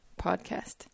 podcast